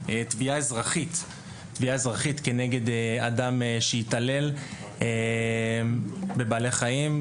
תביעה אזרחית נגד אדם שהתעלל בבעלי חיים,